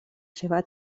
seva